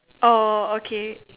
oh oh okay